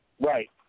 Right